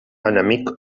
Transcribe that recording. enemic